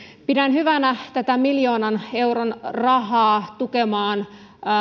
pidän hyvänä tätä miljoonan euron rahaa tukemaan